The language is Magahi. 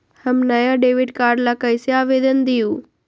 हम नया डेबिट कार्ड ला कईसे आवेदन दिउ?